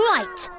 Right